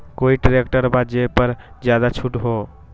कोइ ट्रैक्टर बा जे पर ज्यादा छूट हो?